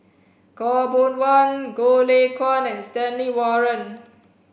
Khaw Boon Wan Goh Lay Kuan and Stanley Warren